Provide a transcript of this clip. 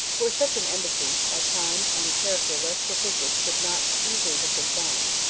for such an embassy, a time and character less propitious could not easily have been found.